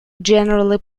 generally